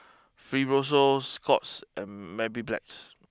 Fibrosol Scott's and Mepilex